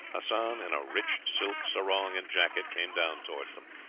hassan, in a rich silk sarong and jacket, came down towards them.